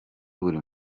buri